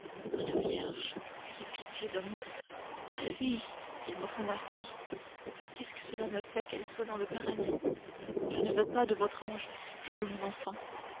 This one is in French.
bonne vierge ayez pitié de moi ma fille il me faut ma fille qu'est-ce que cela me fait qu'elle soit dans le paradis je ne veux pas de votre ange je veux mon enfant